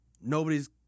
nobody's